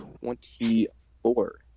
Twenty-four